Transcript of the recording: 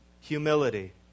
humility